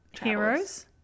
Heroes